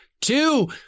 two